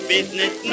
Business